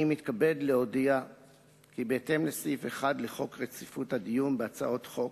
אני מתכבד להודיע כי בהתאם לסעיף 1 לחוק רציפות הדיון בהצעות חוק,